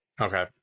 Okay